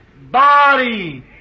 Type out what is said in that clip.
body